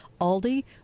Aldi